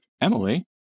Emily